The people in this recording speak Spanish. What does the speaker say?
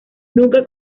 nunca